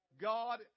God